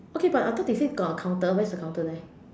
okay but I thought they say got a counter where is the counter then